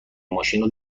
ماشینو